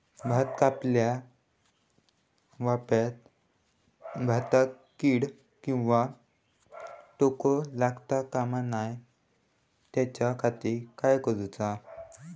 भात कापल्या ऑप्रात भाताक कीड किंवा तोको लगता काम नाय त्याच्या खाती काय करुचा?